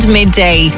midday